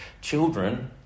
children